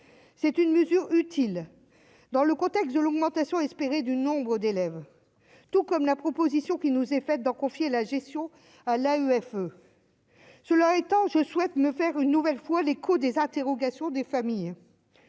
c'est une mesure utile dans le contexte de l'augmentation espérée du nombre d'élèves, tout comme la proposition qui nous est faite d'en confier la gestion à la UFE, cela étant, je souhaite me faire une nouvelle fois les coûts des interrogations des familles,